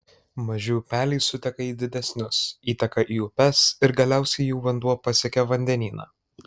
maži upeliai suteka į didesnius įteka į upes ir galiausiai jų vanduo pasiekia vandenyną